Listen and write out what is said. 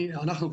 אנחנו,